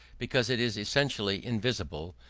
because it is essentially invisible,